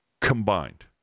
combined